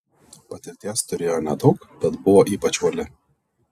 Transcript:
patirties turėjo nedaug bet buvo ypač uoli